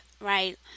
right